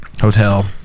Hotel